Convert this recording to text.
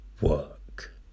work